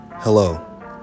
hello